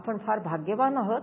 आपण फार भाग्यवान आहोत